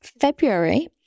February